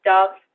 Dove